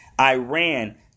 Iran